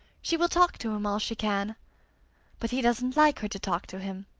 she will talk to him all she can but he doesn't like her to talk to him,